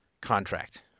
contract